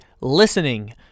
listening